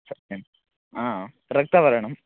सत्यम् आ रक्तवर्णम्